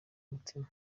umutima